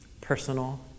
personal